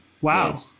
wow